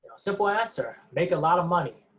simple answer. make a lot of money.